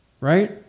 Right